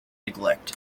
neglect